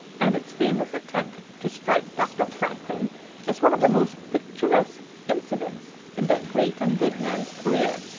and its famous attempt to strike dr. franklin is one of the most picturesque incidents in that great and good man's career.